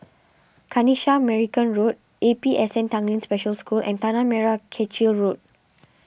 Kanisha Marican Road A P S N Tanglin Special School and Tanah Merah Kechil Road